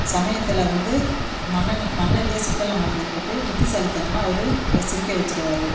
சமயத்தில் வந்து மன்னனை மன்னரையே சிக்கலில் மாட்டி விட்டுட்டு புத்திசாலித்தனமாக அவர் சிரிக்க வச்சுடுவாரு